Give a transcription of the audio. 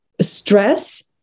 Stress